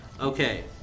Okay